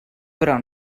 però